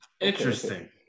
Interesting